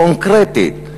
קונקרטית,